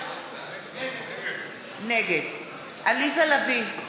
נגד עליזה לביא,